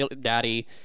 daddy